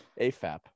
AFAP